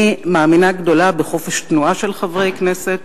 אני מאמינה גדולה בחופש התנועה של חברי הכנסת,